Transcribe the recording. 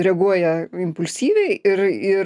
reaguoja impulsyviai ir ir